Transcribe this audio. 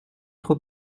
trop